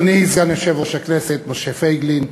אדוני סגן יושב-ראש הכנסת משה פייגלין,